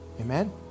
Amen